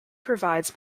provides